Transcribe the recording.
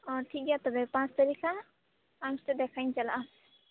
ᱚ ᱴᱷᱤᱠ ᱜᱮᱭᱟ ᱛᱚᱵᱮ ᱯᱟᱸᱪ ᱛᱟᱹᱨᱤᱠᱷ ᱦᱟᱸᱜ ᱟᱢ ᱥᱟᱛᱮ ᱫᱮᱠᱷᱟᱜ ᱤᱧ ᱪᱟᱞᱟᱜᱼᱟ